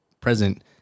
present